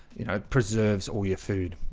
you know, it preserves all your food.